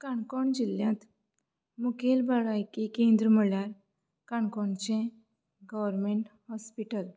काणकोण जिल्यांत मुखेल भलायकी केंद्र म्हणल्यार काणकोणचें गर्वरमेंट हॉस्पिटल